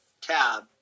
Tab